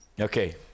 Okay